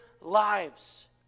lives